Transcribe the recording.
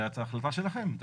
זה החלטה שלכם.